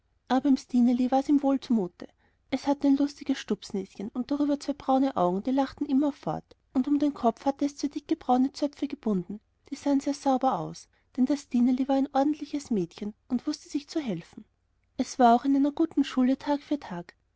aber beim stineli war's ihm wohl zumute es hatte ein lustiges stumpfnäschen und darüber zwei braune augen die lachten immerfort und um den kopf hatte es zwei dicke braune zöpfe gebunden die sahen sehr sauber aus denn das stineli war ein ordentliches mädchen und wußte sich zu helfen es war auch in einer guten schule tag für tag